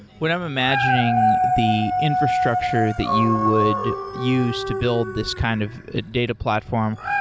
what i'm imagining the infrastructure that you would use to build this kind of data platform,